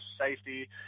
safety